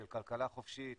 של כלכלה חופשית,